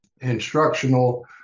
instructional